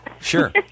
sure